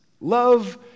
Love